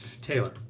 Taylor